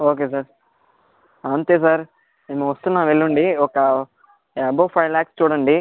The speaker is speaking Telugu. ఓకే సార్ అంతే సార్ మేమొస్తన్నాము ఎల్లుండి ఒక ఎబవ్ ఫైవ్ లాక్స్ చూడండి